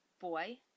boy